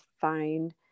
find